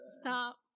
Stop